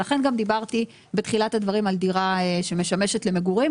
דיברתי בתחילת הדברים על דירה שמשמשת למגורים,